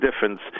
difference